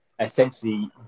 essentially